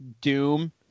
Doom